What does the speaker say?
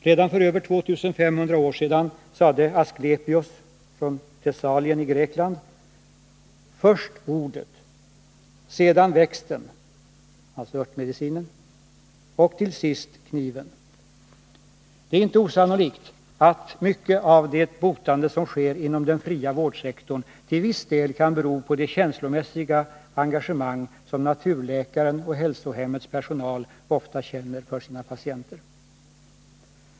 Redan för över 2 500 år sedan sade Asklepios från Thessalien i Grekland: Först ordet, sedan växten — alltså örtmedicinen — och till sist kniven. Det är inte osannolikt att mycket av det botande som sker ”inom den fria vårdsektorn” till viss del kan bero på det känslomässiga engagemang som naturläkaren och hälsohemmets personal ofta känner för sina patienter.